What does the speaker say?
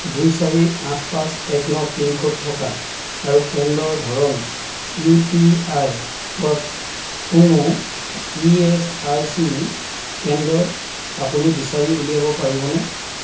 দুই চাৰি আঠ পাঁচ এক ন পিনক'ড থকা আৰু কেন্দ্ৰৰ ধৰণ ইউ টি আই হোৱা কোনো ইএচআইচি কেন্দ্ৰ আপুনি বিচাৰি উলিয়াব পাৰিবনে